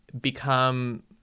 become